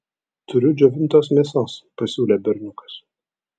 turiu džiovintos mėsos pasiūlė berniukas